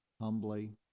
humbly